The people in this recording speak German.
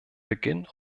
beginn